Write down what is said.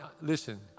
listen